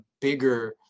bigger